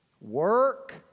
work